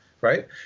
right